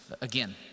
again